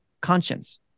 conscience